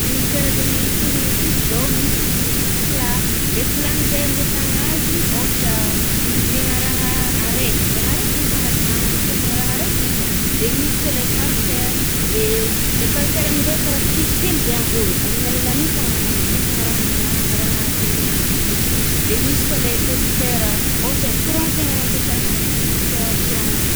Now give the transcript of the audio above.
Ny karazan’ny tourne-vice zao, misy tourne-vice plat. Le plat aminje, ampiasàgna azy, ôhatra andidîàgna raha areky, raha areky igny fô mat agnokafagna rahaha areky igny fô. De misy koà le par-cœur, de le par-cœur aminje karaha prisy hely zay ambôny. Amin’ny alalan’igny fôgna agnokafagna raha amahagna raha tiàntegna ampiasagna azy. De misy koà le testeur, ôhatrao courant tegna ampiasagna azy. Tester courant re.